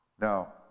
Now